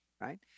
right